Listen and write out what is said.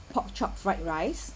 pork chop fried rice